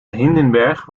hindenberg